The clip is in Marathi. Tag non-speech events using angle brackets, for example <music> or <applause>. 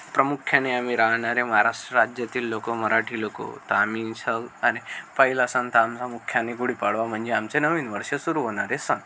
प्रमुख्याने आम्ही राहणारे महाराष्ट्र राज्यातील लोक मराठी लोक तर आम्ही <unintelligible> पहिला सण तर आमचा मुख्याने गुढीपाडवा म्हणजे आमचे नवीन वर्ष सुरू होणारे सण